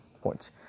points